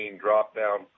drop-down